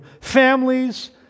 families